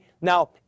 now